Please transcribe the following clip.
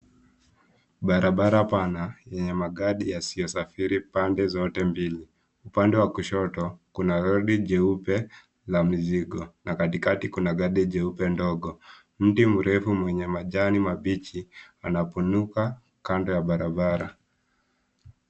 Barabara pana yenye magari yasiyosafiri pande zote mbili. Upande wa kushoto, kuna lori jeupe la mizigo na upande wa katikati kuna gari jeupe ndogo. Mti mrefu wenye majani mabichi unapanuka kando ya barabara.